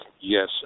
Yes